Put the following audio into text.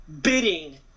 bidding